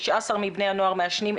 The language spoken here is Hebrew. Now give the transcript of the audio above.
19% מבני הנוער מעשנים,